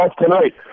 tonight